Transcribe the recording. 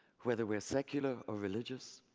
whether we're secular or religious,